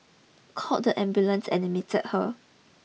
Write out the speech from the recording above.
called the ambulance and admit her